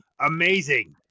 amazing